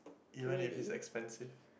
even if it's expensive